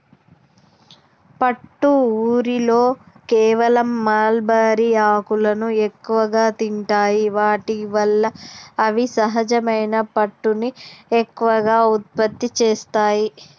పట్టు ఊరిలో కేవలం మల్బరీ ఆకులను ఎక్కువగా తింటాయి వాటి వల్ల అవి సహజమైన పట్టుని ఎక్కువగా ఉత్పత్తి చేస్తాయి